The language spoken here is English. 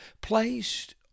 placed